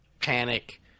Panic